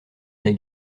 des